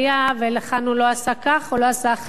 והיכן הוא לא עשה כך או לא עשה אחרת,